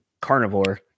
carnivore